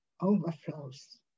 overflows